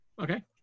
Okay